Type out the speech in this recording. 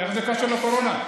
איך זה קשור לקורונה?